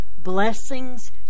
blessings